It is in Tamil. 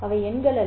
அவை எண்கள் அல்ல